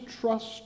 trust